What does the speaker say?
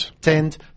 tend